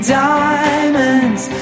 diamonds